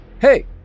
Hey